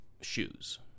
shoes